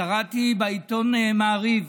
קראתי בעיתון מעריב